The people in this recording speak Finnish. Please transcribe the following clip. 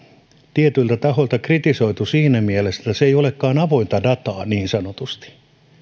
tietyiltä tahoilta kritisoitu siinä mielessä että se ei olekaan avointa dataa niin sanotusti